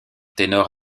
ténor